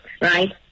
Right